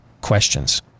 questions